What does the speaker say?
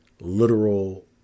literal